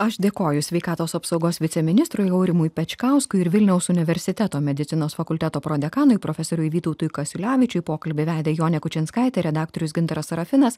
aš dėkoju sveikatos apsaugos viceministrui aurimui pečkauskui ir vilniaus universiteto medicinos fakulteto prodekanui profesoriui vytautui kasiulevičiui pokalbį vedė jonė kučinskaitė redaktorius gintaras serafinas